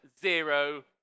Zero